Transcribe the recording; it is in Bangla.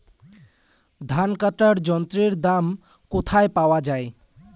ধান কাটার যন্ত্রের দাম কোথায় পাওয়া যায়?